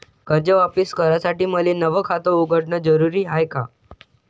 कर्ज वापिस करासाठी मले नव खात उघडन जरुरी हाय का?